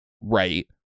right